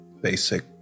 basic